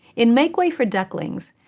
in make way for ducklings,